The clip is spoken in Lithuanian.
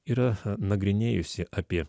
yra nagrinėjusi apie